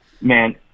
man